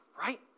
right